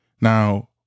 Now